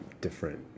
Different